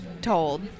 told